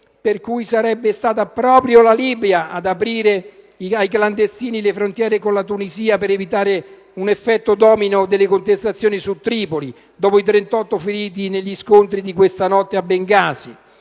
per cui sarebbe stata proprio la Libia ad aprire ai clandestini le frontiere con la Tunisia per evitare un effetto domino delle contestazioni su Tripoli, dopo i 38 feriti negli scontri di questa notte a Bengasi,